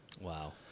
Wow